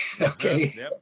Okay